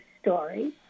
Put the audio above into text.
Story